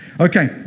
Okay